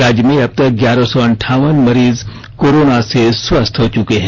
राज्य में अब तक ग्यारह सौ अंठावन मरीज कोरोना से स्वस्थ हो चुके है